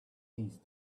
east